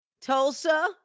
Tulsa